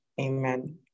amen